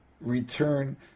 return